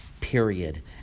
period